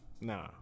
Nah